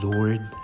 Lord